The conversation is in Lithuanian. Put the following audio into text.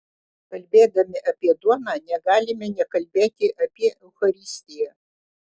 kalbėdami apie duoną negalime nekalbėti apie eucharistiją